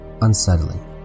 unsettling